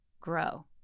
grow